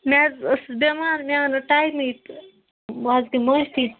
بہٕ حظ ٲسٕسۍ بیٚمار مےٚ آو نہٕ ٹایمٕے تہٕ وۄنۍ حظ گٔۍ مٲفی